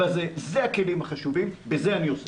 אלה הכלים החשובים, בזה אני עוסק.